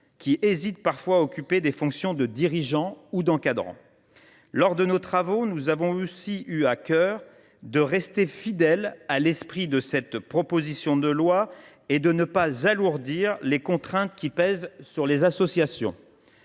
qui hésitent parfois à occuper des fonctions de dirigeant ou d’encadrant. Lors de nos travaux, nous avons aussi eu à cœur de rester fidèles à l’esprit de cette proposition de loi et de ne pas alourdir les contraintes qui pèsent sur les associations.